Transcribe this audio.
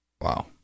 Wow